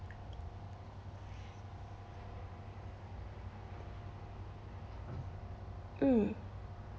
mm